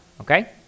Okay